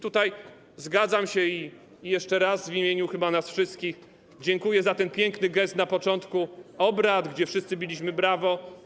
Tutaj zgadzam się i jeszcze raz w imieniu chyba nas wszystkich dziękuję za ten piękny gest na początku obrad, gdzie wszyscy biliśmy brawo.